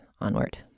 onward